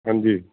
ਹਾਂਜੀ